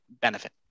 benefit